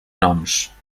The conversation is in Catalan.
noms